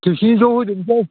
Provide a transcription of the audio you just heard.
खेबसेनो ज' होजोबनोसै